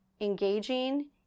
engaging